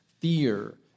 fear